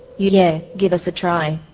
yeah, give us a try.